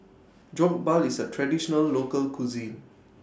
Jokbal IS A Traditional Local Cuisine